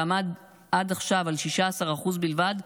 שעמד עד עכשיו על 16% בלבד,